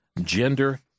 Gender